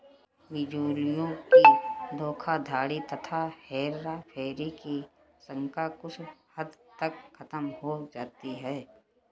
बिचौलियों की धोखाधड़ी तथा हेराफेरी की आशंका कुछ हद तक खत्म हो जाती है